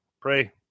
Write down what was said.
Pray